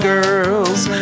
Girls